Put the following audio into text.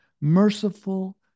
merciful